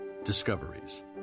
discoveries